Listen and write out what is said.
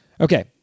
Okay